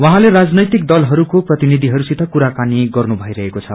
उहाँले राजनैतिक दलहरूको प्रतिनिधिहरूसित कुराकानी गर्नु भईरहेको छ